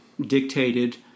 dictated